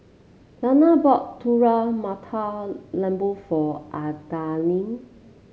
Lana bought Telur Mata Lembu for Adalyn